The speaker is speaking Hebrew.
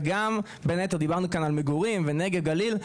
וגם דיברנו כאן על מגורים ועל הנגב והגליל.